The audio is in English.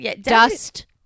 dust